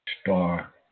star